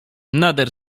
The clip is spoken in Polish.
nader